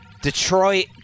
Detroit-